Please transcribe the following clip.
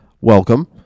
welcome